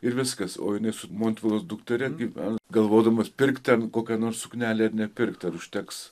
ir viskas o su montvilos dukteria gyvenau galvodamas pirkt kokią nors suknelę ir nepirkt ten užteks